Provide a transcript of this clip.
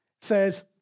says